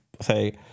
say